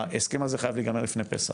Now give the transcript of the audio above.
ההסכם הזה חייב להיגמר לפני פסח,